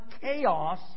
chaos